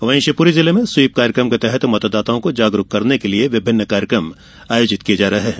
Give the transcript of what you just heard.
वहीं शिवपुरी जिले में स्वीप कार्यक्रम के तहत मतदाताओं को जागरूक करने के लिये विभिन्न कार्यक्रम आयोजित किये जा रहे हैं